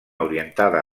orientada